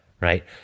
right